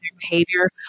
behavior